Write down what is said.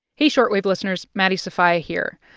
hey, short wave listeners. maddie sofia here.